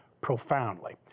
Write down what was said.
profoundly